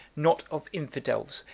not of infidels,